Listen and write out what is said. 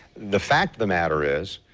the fact of the matter is